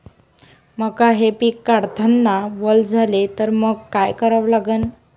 मका हे पिक काढतांना वल झाले तर मंग काय करावं लागन?